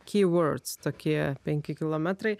tokie penki kilometrai